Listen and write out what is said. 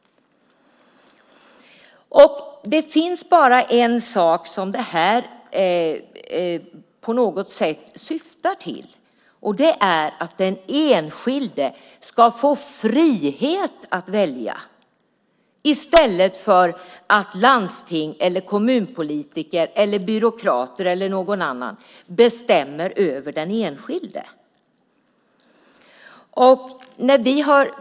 Detta syftar bara till en sak, nämligen att den enskilde ska få frihet att välja i stället för att landstings eller kommunpolitiker, byråkrater eller någon annan bestämmer över den enskilde.